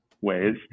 ways